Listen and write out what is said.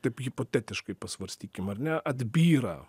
taip hipotetiškai pasvarstykim ar ne atbyra